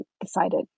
decided